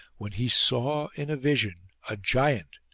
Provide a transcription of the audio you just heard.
when he saw in a vision a giant,